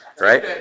Right